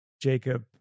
Jacob